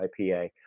IPA